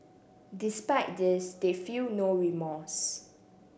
despite this they feel no remorse